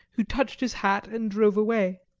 who touched his hat and drove away.